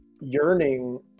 yearning